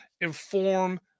inform